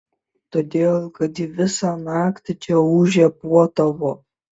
todėl kad ji visą naktį čia ūžė puotavo